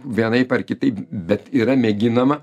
vienaip ar kitaip bet yra mėginama